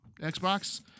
Xbox